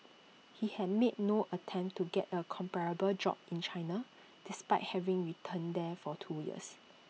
he had made no attempt to get A comparable job in China despite having returned there for two years